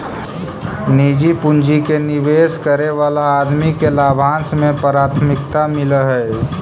निजी पूंजी के निवेश करे वाला आदमी के लाभांश में प्राथमिकता मिलऽ हई